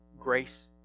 grace